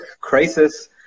crisis